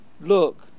look